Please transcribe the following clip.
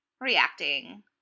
reacting